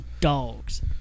dogs